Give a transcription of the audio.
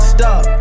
Stop